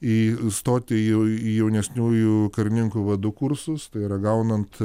į stoti į į jaunesniųjų karininkų vadų kursus tai yra gaunant